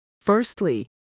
Firstly